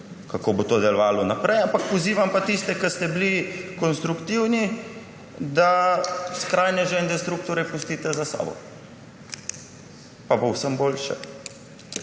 kako bo to delovalo naprej. Pozivam pa tiste, ki ste bili konstruktivni, da skrajneže in destruktorje pustite za sabo, pa bo vsem boljše.